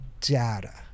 data